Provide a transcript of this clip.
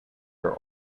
are